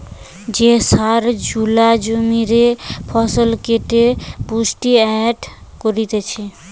যে সার জুলা জমিরে ফসফেট পুষ্টি এড করতিছে